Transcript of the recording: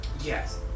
Yes